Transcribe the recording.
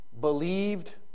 believed